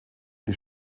die